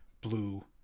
Blue